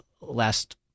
last